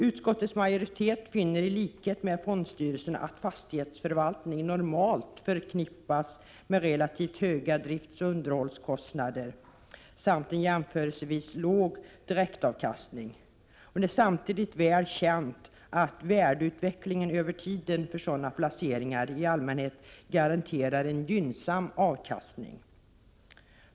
Utskottets majoritet finner i likhet med fondstyrelserna att fastighetsförvaltning normalt förknippas med relativt höga driftsoch underhållskostnader samt en jämförelsevis låg direktavkastning. Det är samtidigt väl känt att värdeutvecklingen över tiden för sådana placeringar i allmänhet garanterar en gynnsam avkastning.